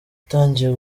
yatangiye